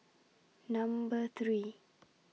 Number three